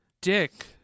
dick